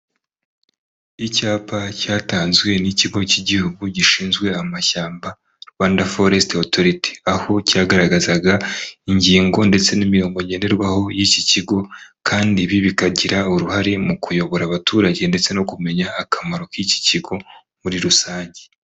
Icyapa cyatanzwe n'ikigo cy'igihugu gishinzwe amashyamba Rwanda Foresite Otoriti aho cyagaragazaga ingingo ndetse n'imirongo ngenderwaho y'iki kigo kandi ibi bikagira uruhare mu kuyobora abaturage ndetse no kumenya akamaro k'iki kigo muri rusange.